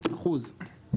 באחוז.